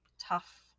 tough